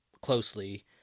closely